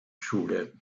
schule